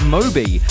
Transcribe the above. Moby